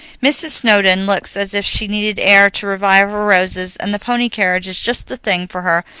mrs. snowdon looks as if she needed air to revive her roses, and the pony carriage is just the thing for her,